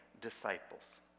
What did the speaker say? disciples